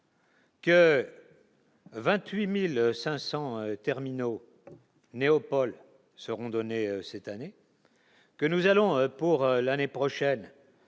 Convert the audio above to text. Que 28500 terminaux néo-Paul seront donnés cette année. Que nous allons pour l'année prochaine,